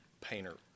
painter